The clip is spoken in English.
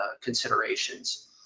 considerations